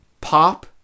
pop